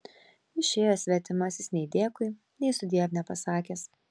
išėjo svetimasis nei dėkui nei sudiev nepasakęs